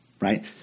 right